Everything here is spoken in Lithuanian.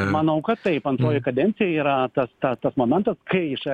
manau kad taip antroji kadencija yra tas ta tas momentas kai iš